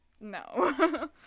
no